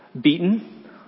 beaten